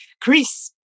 Chris